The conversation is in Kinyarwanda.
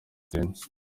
cap